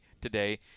today